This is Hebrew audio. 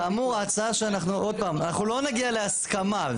כאמור, ההצעה, עוד פעם, אנחנו לא נגיע להסכמה.